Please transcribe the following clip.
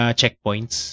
checkpoints